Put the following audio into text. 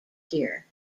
here